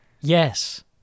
Yes